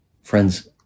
Friends